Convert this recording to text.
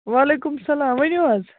وعلیکُم سَلام ؤنِو حظ